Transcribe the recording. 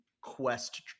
quest